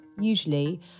usually